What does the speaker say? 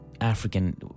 African